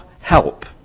help